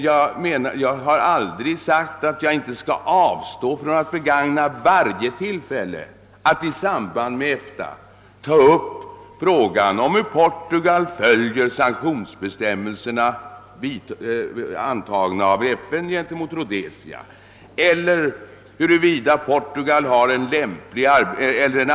Jag har emellertid inte sagt att jag skall avstå i fortsättningen från att begagna varje tillfälle i samband med EFTA att ta upp frågan om hur Portugal följer de sanktionsbestämmelser som antagits i FN gentemot Rhodesia eller frågan om huruvida Portugal har en arbetsmarknadslagstiftning.